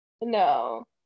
no